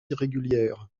irrégulière